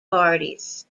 parties